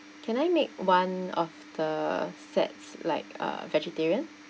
can I make one of the sets like a vegetarian